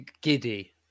giddy